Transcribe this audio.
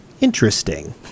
Interesting